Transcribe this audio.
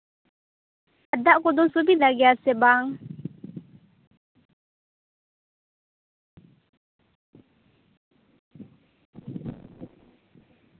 ᱟᱨ ᱫᱟᱜ ᱠᱚᱫᱚ ᱥᱩᱵᱤᱫᱟ ᱜᱮᱭᱟ ᱥᱮ ᱵᱟᱝ